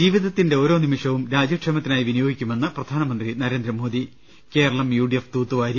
ജീവിതത്തിന്റെ ഓരോ നിമിഷവും രാജ്യക്ഷേമത്തിനായി വിനിയോഗിക്കുമെന്ന് പ്രധാനമന്ത്രി Narendra Modi Kerala U D F തൂത്തുവാരി